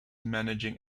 managing